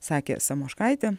sakė samoškaitė